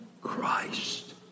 Christ